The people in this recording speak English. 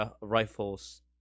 rifles